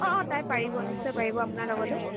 অঁ অঁ তাই পাৰিব নিশ্চয় পাৰিব আপোনাৰ লগতে